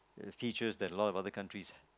features that a lot of other countries